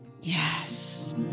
Yes